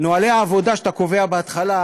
נוהלי העבודה שאתה קובע בהתחלה,